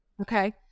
Okay